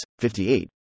58